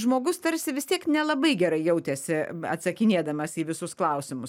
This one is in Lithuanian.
žmogus tarsi vis tiek nelabai gerai jautėsi atsakinėdamas į visus klausimus